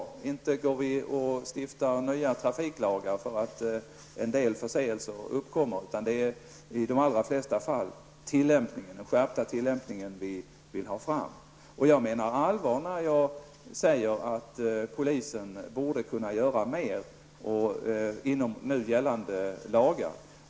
Vi stiftar ju inte nya trafiklagar för att en del förseelser uppkommer, utan vi vill i de allra flesta fall då endast ha en skärpt tillämpning. Jag menar allvar med att polisen borde kunna göra mer inom ramen för gällande lagar.